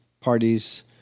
parties